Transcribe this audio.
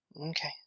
Okay